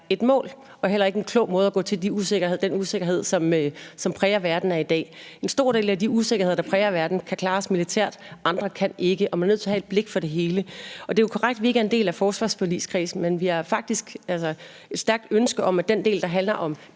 et mål og heller ikke en klog måde at gå til den usikkerhed, som præger verden af i dag på. En stor del af de usikkerheder, der præger verden, kan klares militært, andre kan ikke, og man er nødt til at have et blik for det hele. Det er jo korrekt, at vi ikke er en del af forsvarsforligskredsen, men vi har faktisk et stærkt ønske om, at vi i forhold til den del, der handler om